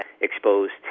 exposed